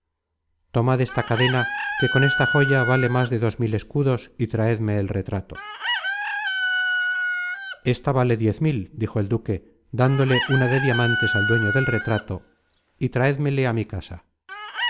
tomad esta cadena que con esta joya vale más de dos mil escudos y traedme el retrato esta vale diez mil dijo el duque dándole una de diamantes al dueño del retrato y traédmele á mi casa